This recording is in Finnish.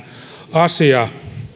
asia